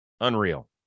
Unreal